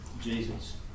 Jesus